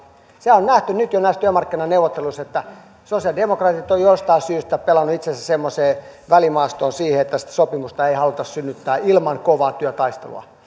sehän on nähty nyt jo näissä työmarkkinaneuvotteluissa että sosialidemokraatit ovat jostain syystä pelanneet itsensä semmoiseen välimaastoon siihen että sitä sopimusta ei haluta synnyttää ilman kovaa työtaistelua